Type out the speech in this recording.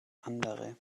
andere